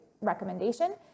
recommendation